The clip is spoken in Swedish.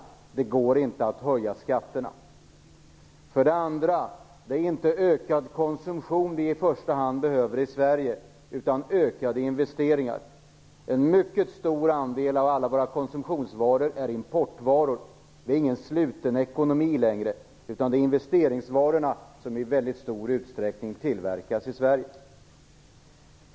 Det går inte att höja skatterna. För det andra är det inte ökad konsumtion vi i första hand behöver i Sverige utan ökade investeringar. En mycket stor andel av alla våra konsumtionsvaror utgörs av importvaror. Vi har inte längre någon sluten ekonomi, utan investeringsvarorna tillverkas i mycket stor utsträckning i Sverige.